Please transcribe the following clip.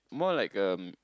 more like a